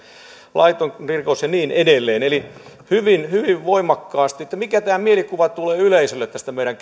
laiton rikos ja niin edelleen eli hyvin hyvin voimakkaasti mikä mielikuva tulee yleisölle tästä meidän